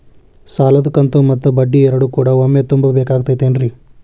ಸಾಲದ ಕಂತು ಮತ್ತ ಬಡ್ಡಿ ಎರಡು ಕೂಡ ಒಮ್ಮೆ ತುಂಬ ಬೇಕಾಗ್ ತೈತೇನ್ರಿ?